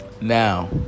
Now